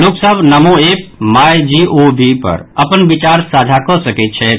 लोक सभ Namo app My G O V पर अपन विचार साझा कऽ सकैत छथि